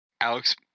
Alex